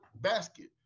basket